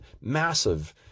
massive